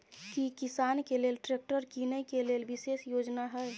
की किसान के लेल ट्रैक्टर कीनय के लेल विशेष योजना हय?